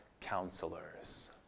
counselors